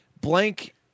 Blank